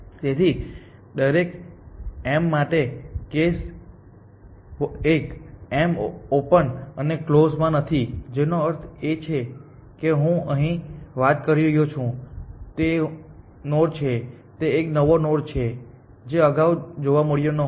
તેથી દરેક M માટે કેસ 1 m ઓપન અને ક્લોઝ માં નથી જેનો અર્થ એ છે કે હું અહીં વાત કરી રહ્યો છું તે નોડ છે તે એક નવો નોડ છે જે અગાઉ જોવા મળ્યો ન હતો